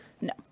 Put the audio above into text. No